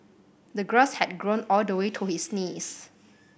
the grass had grown all the way to his knees